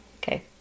Okay